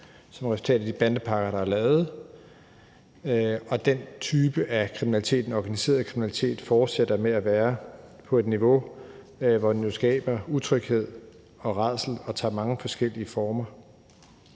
som resultat af de bandepakker, der er lavet. Den type af kriminalitet, den organiserede kriminalitet, fortsætter med at være på et niveau, hvor den jo skaber utryghed og rædsel og tager mange forskellige former.